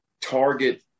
Target